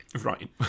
Right